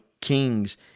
Kings